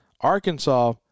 Arkansas